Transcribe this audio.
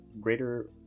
greater